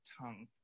tongue